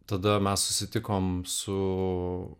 tada mes susitikom su